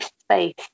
space